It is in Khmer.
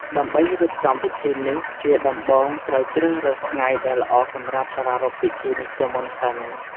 ដើម្បីរៀបចំពិធីនេះ ជាដំបូងត្រូវជ្រើសរើសថ្ងៃដែលល្អសម្រាប់ប្រារព្វពិធីនេះជាមុនសិន។